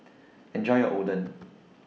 Enjoy your Oden